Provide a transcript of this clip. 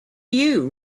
you